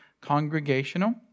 congregational